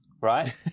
right